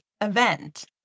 event